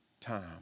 time